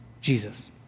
Jesus